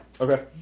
Okay